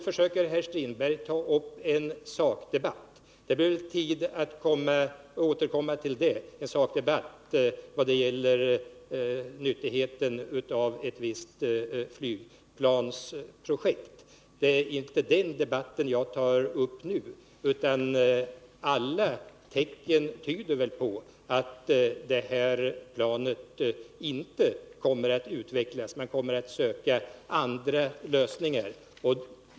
Det blir tillfälle att återkomma till en sakdebatt. Alla tecken tyder på att det här planet inte kommer att tillverkas — man kommer att söka andra lösningar.